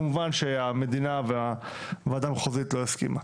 כמובן שהמדינה והוועדה המחוזית לא הסכימה,